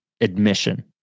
admission